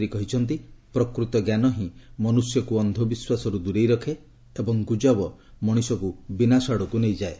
ସେ କହିଛନ୍ତି ପ୍ରକୃତ ଞ୍ଜାନ ହିଁ ମନୁଷ୍ୟକୁ ଅନ୍ଧବିଶ୍ୱାସରୁ ଦୂରେଇ ରଖେ ଏବଂ ଗୁଜବ ମଣିଷକୁ ବିନାଶ ଆଡ଼କୁ ନେଇଯାଏ